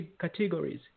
categories